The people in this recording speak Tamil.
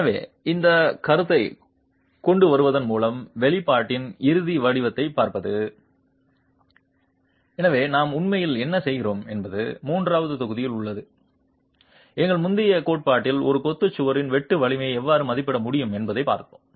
எனவே இந்த கருத்தைக் கொண்டுவருவதன் மூலம் வெளிப்பாட்டின் இறுதி வடிவத்தைப் பார்ப்பது எனவே நாம் உண்மையில் என்ன செய்கிறோம் என்பது மூன்றாவது தொகுதியில் உள்ள எங்கள் முந்தைய கோட்பாட்டில் ஒரு கொத்து சுவரின் வெட்டு வலிமையை எவ்வாறு மதிப்பிட முடியும் என்பதைப் பார்ப்போம்